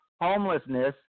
homelessness